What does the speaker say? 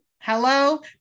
Hello